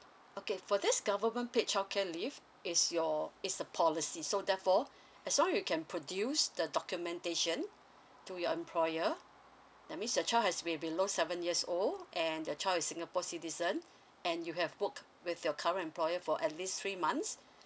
okay for this government paid childcare leave it's your it's a policy so therefore as long you can produce the documentation to your employer that means your child has be below seven years old and your child is singapore citizen and you have work with your current employer for at least three months